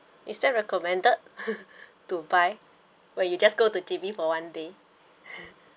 is that recommended to buy when you just go to J_B for one day